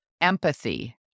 empathy